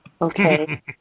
Okay